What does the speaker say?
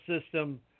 system